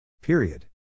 Period